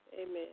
amen